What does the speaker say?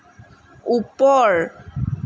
ওপৰ